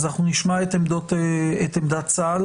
נשמע את עמדת צה"ל,